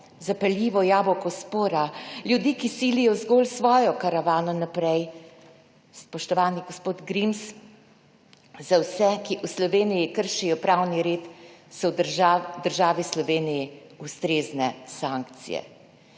zapeljivo jabolko spora, ljudi ki silijo zgolj svojo karavano naprej. Spoštovani gospod Grims. Za vse, ki v Sloveniji kršijo pravni red, so v državi Sloveniji ustrezne sankcije.